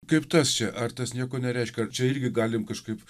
kaip tas čia ar tas nieko nereiškia ar čia irgi galim kažkaip